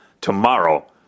tomorrow